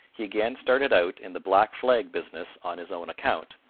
he again started out in the black flag business on his own account,